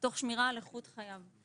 תוך שמירה על איכות חייו.